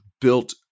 built